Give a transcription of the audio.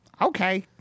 Okay